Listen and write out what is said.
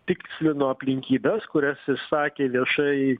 tikslino aplinkybes kurias išsakė viešai